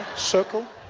circle